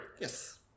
yes